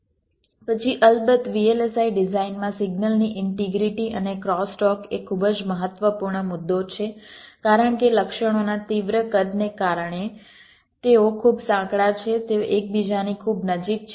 પછી અલબત્ત VLSI ડિઝાઇનમાં સિગ્નલ ની ઇન્ટિગ્રિટી અને ક્રોસટોક એ ખૂબ જ મહત્વપૂર્ણ મુદ્દો છે કારણ કે લક્ષણોના તીવ્ર કદને કારણે તેઓ ખૂબ સાંકડા છે તેઓ એકબીજાની ખૂબ નજીક છે